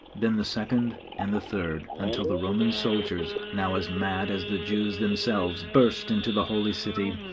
then the second and the third, until the roman soldiers, now as mad as the jews themselves, burst into the holy city,